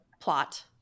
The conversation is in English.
plot